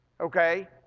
Okay